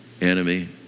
enemy